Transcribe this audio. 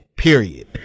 Period